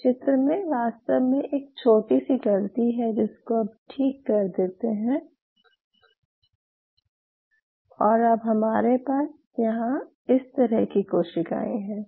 इस चित्र में वास्तव में एक छोटी सी गलती है जिसको अब ठीक कर देते हैं और अब हमारे पास इस तरह की कोशिकाएं हैं